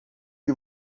que